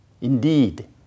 Indeed